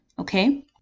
okay